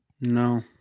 No